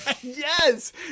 Yes